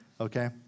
Okay